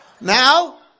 Now